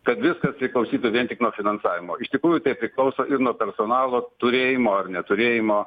kad viskas priklausytų vien tik nuo finansavimo iš tikrųjų tai priklauso ir nuo personalo turėjimo ar neturėjimo